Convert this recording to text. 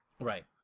Right